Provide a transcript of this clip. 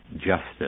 justice